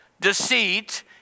deceit